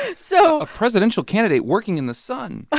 ah so. a presidential candidate working in the sun ah